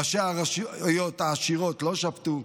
וראשי הרשויות העשירות לא שבתו.